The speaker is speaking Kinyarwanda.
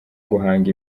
guhanga